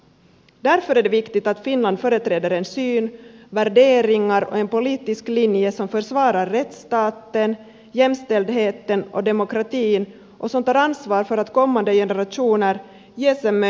därför är det viktigt att finland företräder en syn värderingar och en politisk linje som försvarar rättsstaten jämställdheten och demokratin och som tar ansvar för att kommande generationer ges en möjlighet att leva i en trygg omgivning